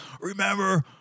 remember